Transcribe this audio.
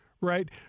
right